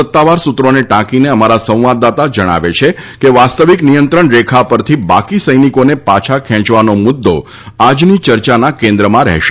સત્તાવાર સૂત્રોને ટાંકીને અમારા સંવાદદાતા જણાવે છે કે વાસ્તવિક નિયંત્રણ રેખા પરથી બાકી સૈનિકોને પાછા ખેંચવાનો મુદ્દો આજની ચર્ચાના કેન્દ્રમાં રહેશે